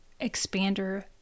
Expander